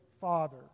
Father